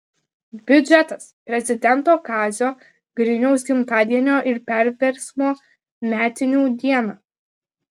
biudžetas prezidento kazio griniaus gimtadienio ir perversmo metinių dieną